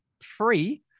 free